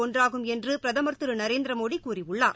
ஒன்றாகும் என்று பிரதமர் திரு நரேந்திரமோடி கூறியுள்ளார்